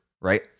Right